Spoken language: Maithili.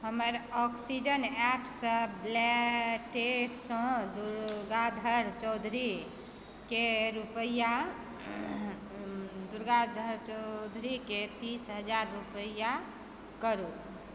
हमर ऑक्सीजन एप वॉलेट सँ दुर्गाधर चौधरीकेँ तीस हजार रुपैया ट्रांसफर करू